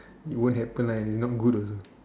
it won't happen lah and it's not good also